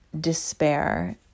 despair